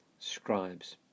scribes